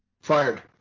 Fired